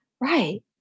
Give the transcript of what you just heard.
right